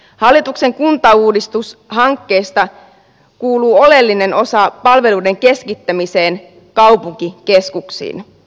hallituksen kuntauudistushankkeesta kuuluu oleellinen osa palveluiden keskittämiseen kaupunkikeskuksiin